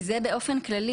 זה באופן כללי,